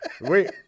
Wait